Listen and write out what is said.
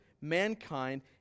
mankind